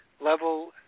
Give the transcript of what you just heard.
level